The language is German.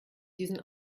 diesen